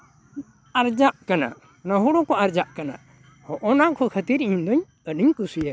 ᱟᱨᱡᱟᱜ ᱠᱟᱱᱟ ᱱᱚᱣᱟ ᱦᱳᱲᱳ ᱠᱚ ᱟᱨᱡᱟᱜ ᱠᱟᱱᱟ ᱦᱚᱜᱼᱚᱭ ᱱᱟᱠᱚ ᱠᱷᱟᱹᱛᱤᱨ ᱤᱧ ᱫᱩᱧ ᱟᱹᱰᱤᱧ ᱠᱩᱥᱤᱭᱟᱜ